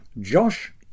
Josh